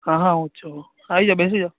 હા હા હું જ છું આવી જાઓ બેસી જાઓ